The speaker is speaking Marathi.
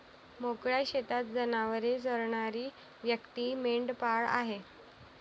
मोकळ्या शेतात जनावरे चरणारी व्यक्ती मेंढपाळ आहे